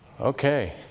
Okay